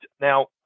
Now